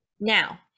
now